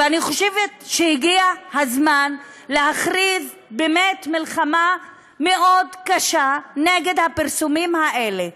ואני חושבת שהגיע הזמן להכריז באמת מלחמה מאוד קשה נגד הפרסומים האלה,